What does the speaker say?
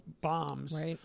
bombs